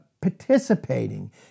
participating